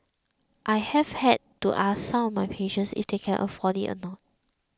I have had to ask some of my patients if they can afford it or not